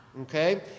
Okay